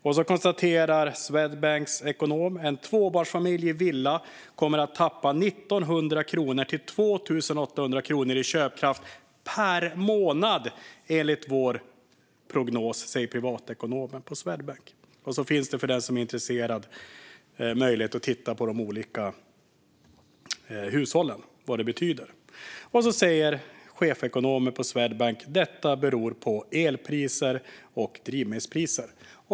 Swedbanks privatekonom konstaterar där: "En tvåbarnsfamilj i villa tappar 1 900 till 2 800 kronor i köpkraft per månad enligt vår prognos." För den som är intresserad finns det möjlighet att titta på vad det betyder för olika hushåll. Swedbanks privatekonom säger att detta beror på elpriser och drivmedelspriser.